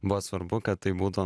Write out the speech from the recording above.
buvo svarbu kad tai būtų